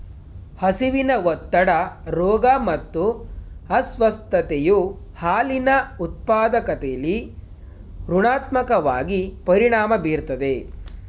ಹಸಿವಿನ ಒತ್ತಡ ರೋಗ ಮತ್ತು ಅಸ್ವಸ್ಥತೆಯು ಹಾಲಿನ ಉತ್ಪಾದಕತೆಲಿ ಋಣಾತ್ಮಕವಾಗಿ ಪರಿಣಾಮ ಬೀರ್ತದೆ